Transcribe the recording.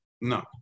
no